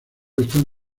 están